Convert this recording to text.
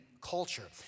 culture